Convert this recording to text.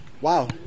Wow